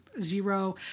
Zero